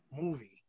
movie